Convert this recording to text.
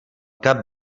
cap